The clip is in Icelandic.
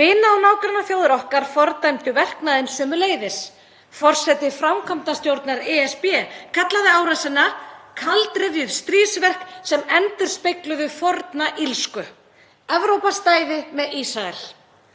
Vina- og nágrannaþjóðir okkar fordæmdu verknaðinn sömuleiðis. Forseti framkvæmdastjórnar ESB kallaði árásina kaldrifjuð stríðsverk sem endurspegluðu forna illsku. Evrópa stæði með Ísrael.